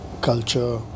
culture